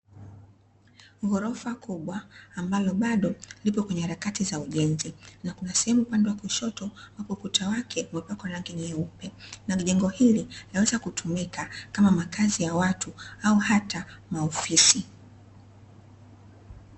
Ghorofa kubwa, ambalo bado lipo kwenye harakati za ujenzi na kuna sehemu upande wa kushoto, ambapo ukuta wake umepakwa kwa rangi nyeupe na jengo hili linaweza kutumika kama makazi ya watu au hata maofisi.